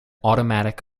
automatic